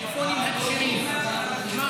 בוא תסביר לנו.